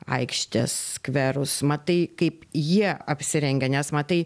aikštes skverus matai kaip jie apsirengę nes matai